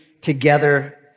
together